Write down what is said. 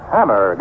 Hammer